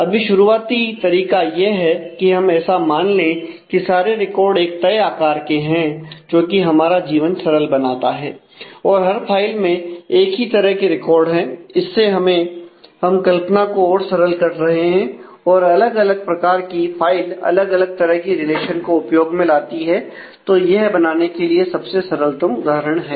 अभी शुरूआती तरीका यह है कि हम ऐसा मान लें कि सारे रिकॉर्ड एक तय आकार के हैं जो कि हमारा जीवन सरल बनाता है और हर फाइल में एक ही तरह के रिकॉर्ड हैं इससे हम कल्पना को और सरल कर रहे हैं और अलग अलग प्रकार की फाइल अलग अलग तरह की रिलेशन को उपयोग में लाती है तो यह बनाने के लिए सबसे सरलतम उदाहरण है